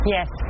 Yes